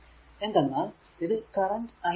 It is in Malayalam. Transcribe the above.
എന്തെന്നാൽ ഇത് കറന്റ് i ആണ്